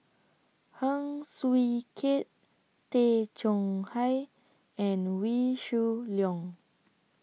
Heng Swee Keat Tay Chong Hai and Wee Shoo Leong